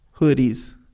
hoodies